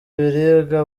ibiribwa